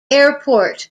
airport